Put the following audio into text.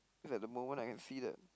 feels like the moment I can see that